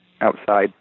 outside